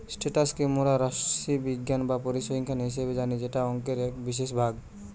status কে মোরা রাশিবিজ্ঞান বা পরিসংখ্যান হিসেবে জানি যেটা অংকের এক বিশেষ ভাগ